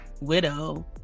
Widow